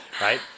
right